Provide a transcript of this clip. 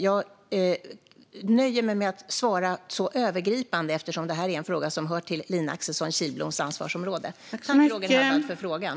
Jag nöjer mig med att svara övergripande eftersom detta är en fråga som hör till Lina Axelsson Kihlbloms ansvarsområde, men jag tackar Roger Haddad för frågan.